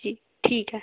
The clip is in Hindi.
जी ठीक है